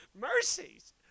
mercies